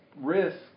risk